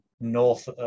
North